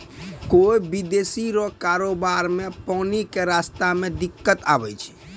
कोय विदेशी रो कारोबार मे पानी के रास्ता मे दिक्कत आवै छै